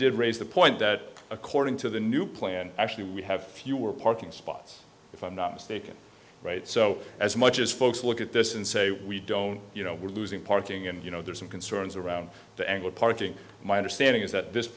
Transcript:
did raise the point that according to the new plan actually we have fewer parking spots if i'm not mistaken right so as much as folks look at this and say we don't you know we're losing parking and you know there are some concerns around the angle parking my understanding is that this